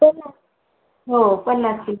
पन्नास हो पन्नास किलो